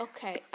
Okay